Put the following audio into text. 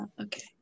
Okay